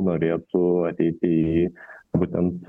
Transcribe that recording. norėtų ateiti į būtent